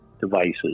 devices